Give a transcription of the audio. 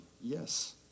Yes